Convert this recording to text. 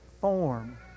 form